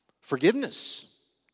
Forgiveness